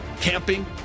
camping